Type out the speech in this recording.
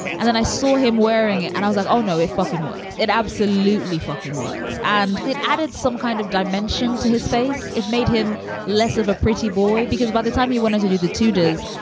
and then i saw him wearing it and i was like, oh, no, it fucking works. it absolutely fucking works. and then added some kind of dimension to his face. it made him less of a pretty boy, because by the time you wanted to do the tudors,